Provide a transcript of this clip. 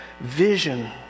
vision